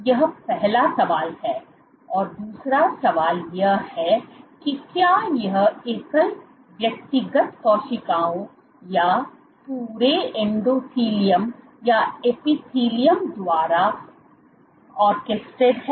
यह पहला सवाल है और दूसरा सवाल यह है कि क्या यह एकल व्यक्तिगत कोशिकाओं या पूरे एंडोथेलियम या एपिथेलियम द्वारा ऑर्केस्ट्रेटेड है